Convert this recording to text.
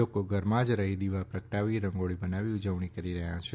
લોકો ઘરમાં જ રહી દીવા પ્રગટાવી રંગોળીઓ બનાવી ઉજવણી કરી રહ્યા છે